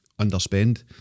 underspend